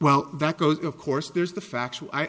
well that goes of course there's the fact